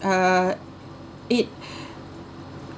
uh it